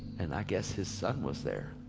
and i guess his son was there,